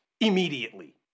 immediately